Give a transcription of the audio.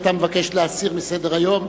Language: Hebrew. אתה מבקש להסיר מסדר-היום,